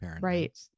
right